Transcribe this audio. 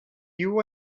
you